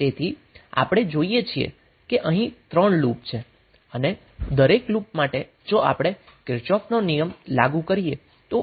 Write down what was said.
તેથી આપણે જોઈએ છીએ કે અહીં 3 લૂપ છે અને દરેક લુપ માટે જો આપણે કિર્ચોફનો નિયમ લાગુ કરીએ તો